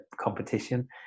competition